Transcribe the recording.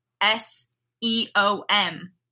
S-E-O-M